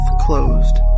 closed